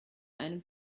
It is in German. einem